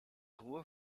roer